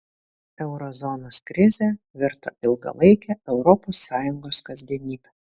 euro zonos krizė virto ilgalaike europos sąjungos kasdienybe